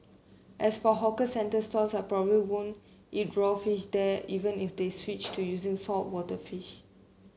as for hawkers centre stalls I probably won't eat raw fish there even if they switched to using saltwater fish